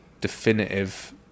definitive